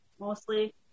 mostly